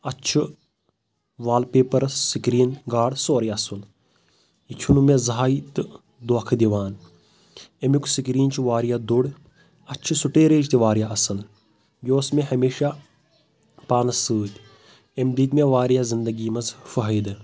اتھ چھُ wallpapers screen گاڑ سورُے اصل یہِ چھُنہٕ مےٚ زانٛہہ تہ دونکھٕ دِوان امیُک سکریٖن چھُ واریاہ دوٚر اتھ چھِ سٹوریج تہِ واریاہ اصل یہِ اوس مےٚ ہمیشہ پانس سۭتۍ أمۍ دِیتۍ مےٚ واریاہ زندگی منٛز فٲیِدٕ